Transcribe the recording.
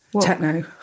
Techno